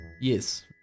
Yes